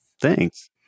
Thanks